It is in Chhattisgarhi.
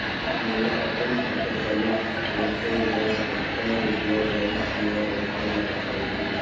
मोला अपन खाता चालू रखे बर कतका रुपिया बैंक म रखे ला परही?